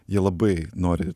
jie labai nori